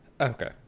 Okay